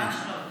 ממש לא לו.